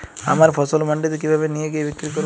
আমার ফসল মান্ডিতে কিভাবে নিয়ে গিয়ে বিক্রি করব?